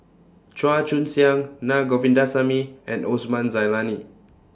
Chua Joon Siang Na Govindasamy and Osman Zailani